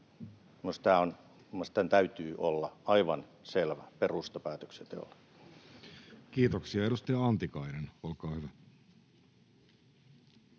tämän täytyy olla aivan selvä perusta päätöksenteolle. Kiitoksia. — Edustaja Antikainen, olkaa hyvä.